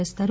వేస్తారు